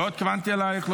לא התכוונתי אלייך.